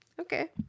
Okay